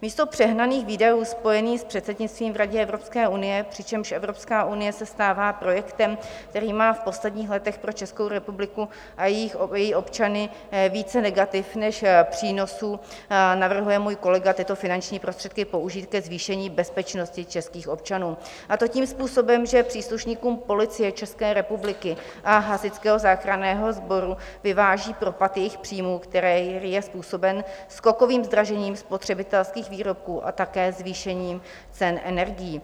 Místo přehnaných výdajů spojených s předsednictvím v Radě Evropské unie, přičemž Evropská unie se stává projektem, který má v posledních letech pro Českou republiku a její občany více negativ než přínosů, navrhuje můj kolega tyto finanční prostředky použít ke zvýšení bezpečnosti českých občanů, a to tím způsobem, že příslušníkům Policie České republiky a Hasičského záchranného sboru vyváží propad jejich příjmů, který je způsoben skokovým zdražením spotřebitelských výrobků a také zvýšením cen energií.